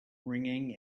ringing